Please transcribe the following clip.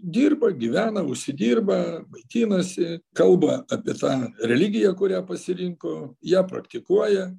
dirba gyvena užsidirba maitinasi kalba apie tą religiją kurią pasirinko ją praktikuoja